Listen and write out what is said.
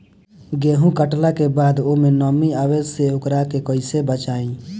गेंहू कटला के बाद ओमे नमी आवे से ओकरा के कैसे बचाई?